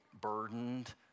burdened